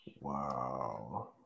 Wow